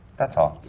that's all.